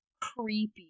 creepy